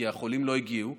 כי החולים לא הגיעו,